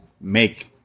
make